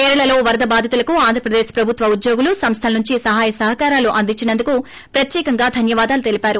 కేరళలో వరద బాధితులకు ఆంద్రప్రదేశ్ ప్రభుత్వ ఉద్యోగులు సంస్థల నుంచి సహాయాసహకారాలు అందించినందుకు ప్రత్యేక కృతజ్ఞతలు తెలిపారు